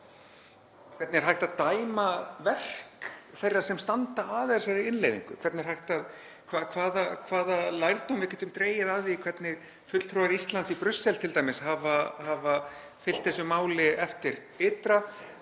Hvernig er hægt að dæma verk þeirra sem standa að þessari innleiðingu? Hvaða lærdóm getum við dregið af því hvernig fulltrúar Íslands í Brussel t.d. hafa fylgt þessu máli eftir ytra